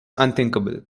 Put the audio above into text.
unthinkable